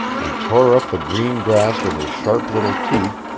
and tore up the green grass with his sharp little teeth,